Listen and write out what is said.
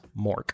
Mork